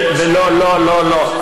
לא, לא, לא, לא.